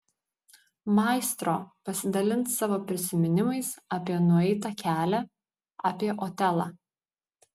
maestro pasidalins savo prisiminimais apie nueitą kelią apie otelą